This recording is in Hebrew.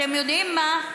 אתם יודעים מה?